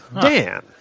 Dan